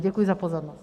Děkuji za pozornost.